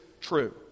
true